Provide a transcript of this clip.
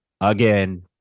again